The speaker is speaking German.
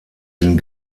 den